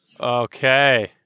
okay